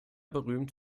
berühmt